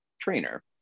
trainer